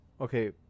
Okay